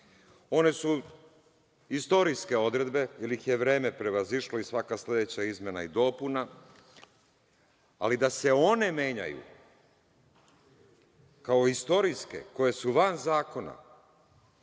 one su istorijske odredbe jer ih je vreme prevazišlo i svaka sledeća izmena o dopuna, ali da se one menjaju kao istorijske, koje su van zakona,